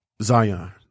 Zion